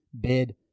bid